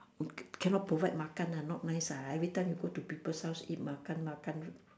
cannot provide makan ah not nice ah every time you go to people house you eat makan makan